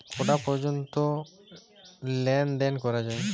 কটা পর্যন্ত লেন দেন করা য়ায়?